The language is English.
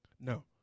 No